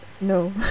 No